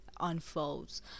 unfolds